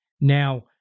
now